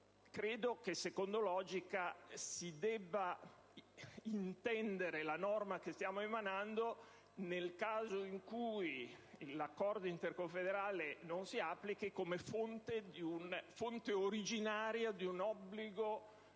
sembra che, secondo logica, si debba intendere la norma che stiamo adottando, nel caso in cui l'accordo interconfederale non si applichi, come fonte originaria di un obbligo